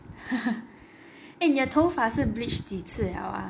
eh 你的头发是 bleach 几次 liao ah